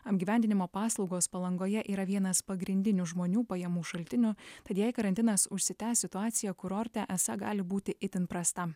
apgyvendinimo paslaugos palangoje yra vienas pagrindinių žmonių pajamų šaltinių tad jei karantinas užsitęs situacija kurorte esą gali būti itin prasta